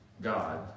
God